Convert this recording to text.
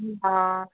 हां